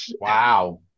Wow